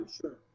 sure